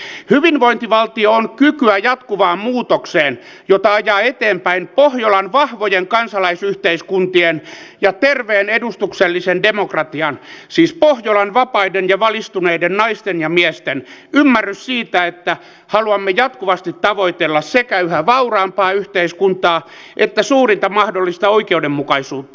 hyvinvointivaltio on kykyä jatkuvaan muutokseen jota ajaa eteenpäin pohjolan vahvojen kansalaisyhteiskuntien ja terveen edustuksellisen demokratian siis pohjolan vapaiden ja valistuneiden naisten ja miesten ymmärrys siitä että haluamme jatkuvasti tavoitella sekä yhä vauraampaa yhteiskuntaa että suurinta mahdollista oikeudenmukaisuutta